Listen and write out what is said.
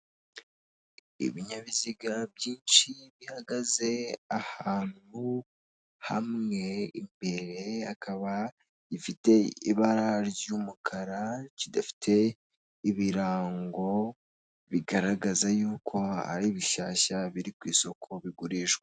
Ibinyabiziga byinshi bihagaze ahantu hamwe imbere hakaba igifite ibara ry'umukara kidafite ibirango bigaragaza yuko ari bishyashya biri ku isoko bigurishwa